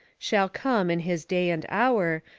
shall come, in his day and hour,